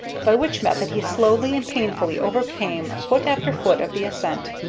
by which method he slowly and painfully overcame foot after foot of the ascent.